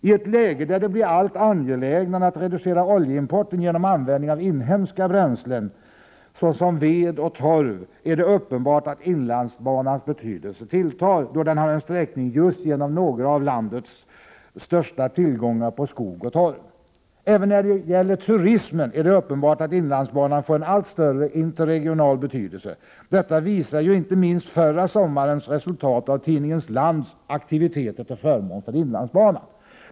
I ett läge där det blir allt angelägnare att reducera oljeimporten genom användning av inhemska bränslen, såsom ved och torv, är det uppenbart att inlandsbanans betydelse tilltar, då den har en sträckning just genom några av landets största tillgångar på skog och torv. Även när det gäller turismen är det uppenbart att inlandsbanan får en allt större interregional betydelse. Detta visade ju inte minst förra sommarens resultat av tidningen Lands aktiviteter till förmån för inlandsbanan.